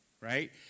right